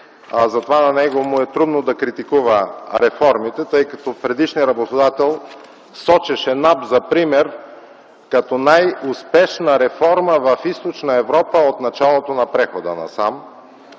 затова на него му е трудно да критикува реформите, тъй като предишният работодател сочеше НАП за пример като най-успешна реформа в Източна Европа от началото на прехода насам.